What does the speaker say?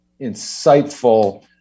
insightful